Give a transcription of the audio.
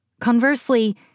Conversely